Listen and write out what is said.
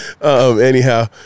Anyhow